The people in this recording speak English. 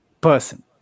person